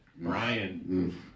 Brian